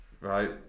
right